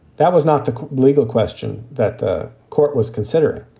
that was not the legal question that the court was considering.